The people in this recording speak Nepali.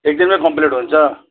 एकदिनमै कम्प्लिट हुन्छ